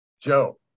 Joe